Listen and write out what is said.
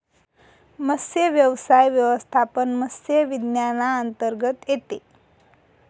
मत्स्यव्यवसाय व्यवस्थापन मत्स्य विज्ञानांतर्गत येते